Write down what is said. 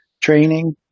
training